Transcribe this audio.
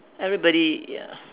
everybody ya